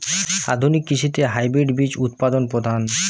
আধুনিক কৃষিতে হাইব্রিড বীজ উৎপাদন প্রধান